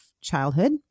childhood